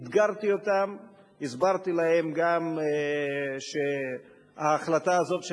אתגרתי אותם והסברתי להם שההחלטה הזאת של